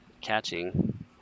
catching